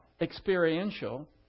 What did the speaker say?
experiential